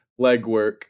legwork